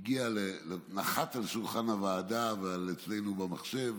נחתה על שולחן הוועדה ואצלנו במחשב